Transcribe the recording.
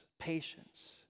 patience